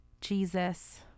Jesus